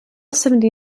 seventy